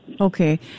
Okay